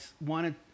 wanted